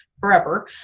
forever